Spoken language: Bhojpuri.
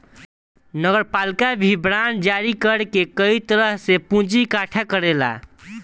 नगरपालिका भी बांड जारी कर के कई तरह से पूंजी इकट्ठा करेला